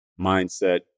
mindset